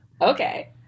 Okay